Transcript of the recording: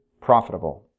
profitable